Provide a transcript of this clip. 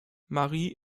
marie